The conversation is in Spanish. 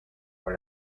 con